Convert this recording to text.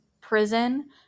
prison